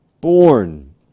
born